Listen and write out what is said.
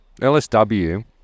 LSW